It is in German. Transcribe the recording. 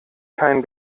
kein